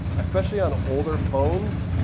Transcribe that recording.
especially on older phones,